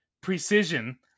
Precision